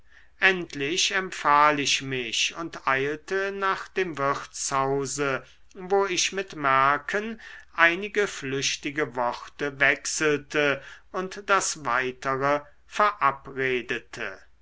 endlich empfahl ich mich und eilte nach dem wirtshause wo ich mit mercken einige flüchtige worte wechselte und das weitere verabredete